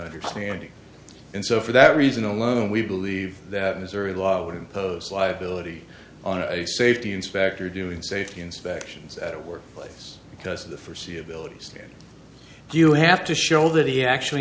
understanding and so for that reason alone we believe that missouri law would impose liability on a safety inspector doing safety inspections at workplace because of the forsee of illiteracy and you have to show that he actually